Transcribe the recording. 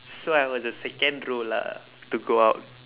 so I was the second row lah to go out